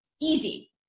easy